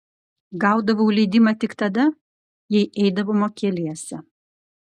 gaudavau leidimą tik tada jei eidavome keliese